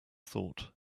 thought